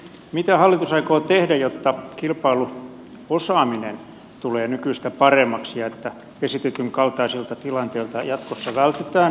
mitä hallitus aikoo tehdä jotta kilpailuosaaminen tulee nykyistä paremmaksi ja jotta esitetyn kaltaisilta tilanteilta jatkossa vältytään